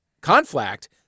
conflict